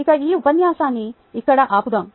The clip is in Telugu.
ఇక ఈ ఉపన్యాసాన్ని ఇక్కడ ఆపుదాము